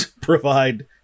provide